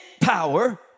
power